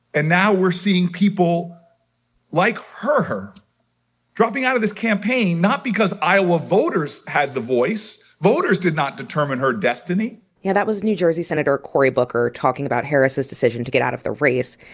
and now we're seeing people like her dropping out of this campaign? not because iowa voters had the voice voters did not determine her destiny yeah. that was new jersey senator cory booker talking about harris's decision to get out of the race.